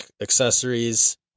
accessories